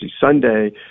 Sunday